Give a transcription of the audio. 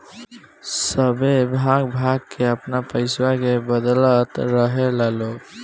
सभे भाग भाग के आपन पइसवा के बदलत रहेला लोग